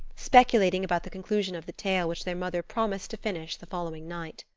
speculating about the conclusion of the tale which their mother promised to finish the following night.